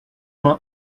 main